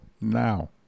now